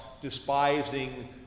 despising